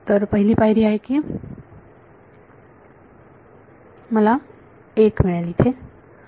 तर पहिली पायरी आहे की मला 1 इथे मिळेल